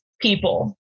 people